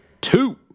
two